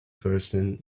person